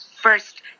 first